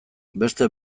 beste